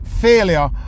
failure